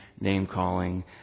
name-calling